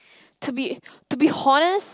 to be to be honest